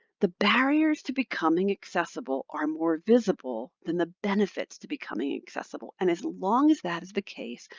the barriers to becoming accessible are more visible than the benefits to becoming accessible. and as long as that is the case,